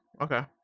Okay